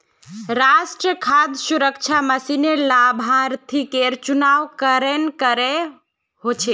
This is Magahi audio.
राष्ट्रीय खाद्य सुरक्षा मिशनेर लाभार्थिकेर चुनाव केरन करें हो छेक